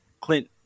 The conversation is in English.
Clint